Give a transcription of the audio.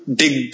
dig